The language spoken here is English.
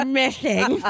missing